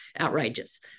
outrageous